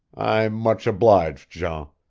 i'm much obliged, jean.